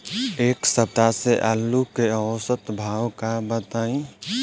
एक सप्ताह से आलू के औसत भाव का बा बताई?